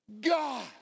God